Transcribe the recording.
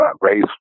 race